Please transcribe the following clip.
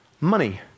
money